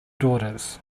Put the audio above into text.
daughters